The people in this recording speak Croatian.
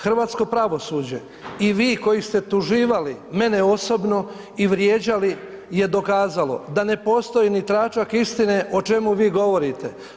Hrvatsko pravosuđe i vi koji ste tuživali mene osobno i mene vrijeđali je dokazalo da ne postoji ni tračak istine o čemu vi govorite.